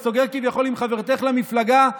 וסוגר כביכול עם חברתך למפלגה,